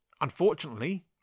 unfortunately